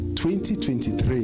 2023